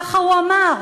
ככה הוא אמר,